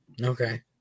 Okay